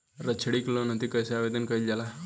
सैक्षणिक लोन हेतु कइसे आवेदन कइल जाला?